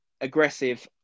aggressive